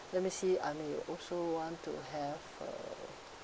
let me see I may also want to have uh